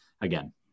again